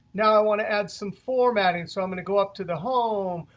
now, i want to add some formatting. so i'm going to go up to the home,